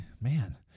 Man